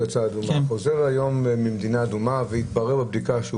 חוזר היום ממדינה אדומה והתברר בבדיקה שהוא